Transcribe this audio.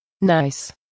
nice